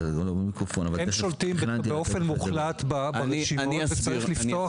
הם שולטים באופן מוחלט ברשימות וצריך לפתוח